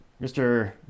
Mr